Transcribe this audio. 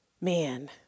man